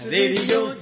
Radio